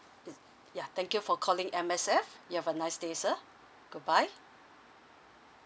ya thank you for calling M_S_F you have a nice day sir goodbye